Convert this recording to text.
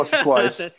twice